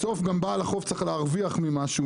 בסוף גם בעל החוף צריך להרוויח ממשהו,